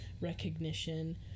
recognition